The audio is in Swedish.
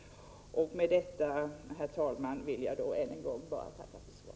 Med detta, herr talman, vill jag än en gång tacka statsrådet för svaret.